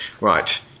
right